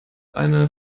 eine